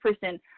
person